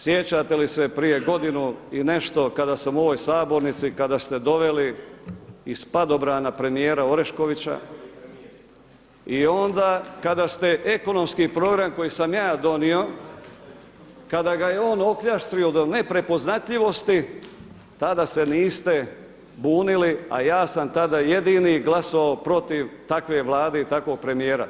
Sjećate li se prije godinu i nešto kada sam u ovoj sabornici, kada ste doveli iz padobrana premijer Oreškovića i onda kada ste ekonomski program koji sam ja donio, kada ga je on okljaštrio do neprepoznatljivosti tada se niste bunili, a ja sam tada jedini glasovao protiv takve Vlade i takvog premijera.